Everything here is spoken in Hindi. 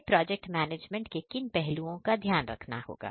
हमें प्रोजेक्ट मैनेजमेंट के किन पहलुओं का ध्यान रखना होगा